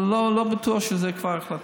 אבל לא בטוח שזו כבר החלטה.